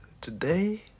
today